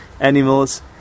animals